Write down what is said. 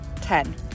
ten